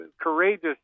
courageous